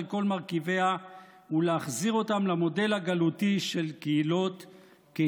כל מרכיביה ולהחזיר אותם למודל הגלותי של קהילות.